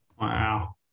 wow